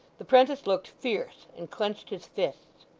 the prentice looked fierce and clenched his fists.